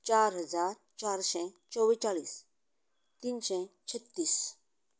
चार हजार चारशें चोवेचाळीस तीनशें छत्तीस